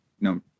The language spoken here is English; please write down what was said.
No